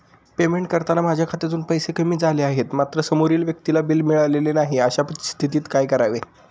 Payment करताना माझ्या खात्यातून पैसे कमी तर झाले आहेत मात्र समोरील व्यक्तीला बिल मिळालेले नाही, अशा स्थितीत काय करावे?